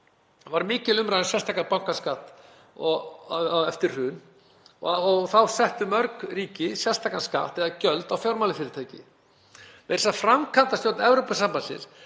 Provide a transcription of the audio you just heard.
var mikil umræða um sérstakan bankaskatt eftir hrun og þá settu mörg ríki sérstakan skatt eða gjöld á fjármálafyrirtæki. Meira að segja framkvæmdastjórn Evrópusambandsins